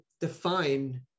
define